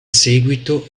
seguito